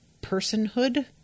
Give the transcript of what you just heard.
personhood